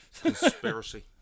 Conspiracy